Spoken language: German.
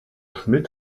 schmidt